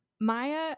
Maya